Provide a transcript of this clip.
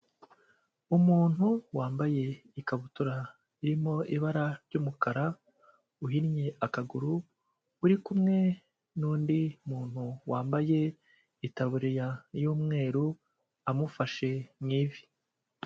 Umuntu wambaye ikabutura irimo ibara ry'umukara uhinnye akaguru, uri kumwe n'undi muntu wambaye itaburiya y'umweru amufashe mu ivi.